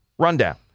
rundown